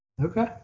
Okay